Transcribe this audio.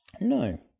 No